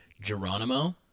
Geronimo